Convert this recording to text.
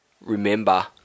remember